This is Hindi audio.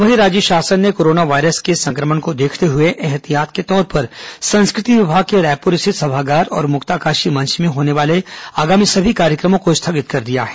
वहीं राज्य शासन ने कोरोना वायरस के संक्रमण को देखते हुए ऐहतियात के तौर पर संस्कृति विभाग के रायपुर स्थित सभागार और मुक्ताकाशी मंच में होने वाले आगामी सभी कार्यक्रमों को स्थगित कर दिया है